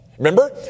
Remember